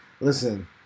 Listen